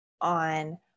on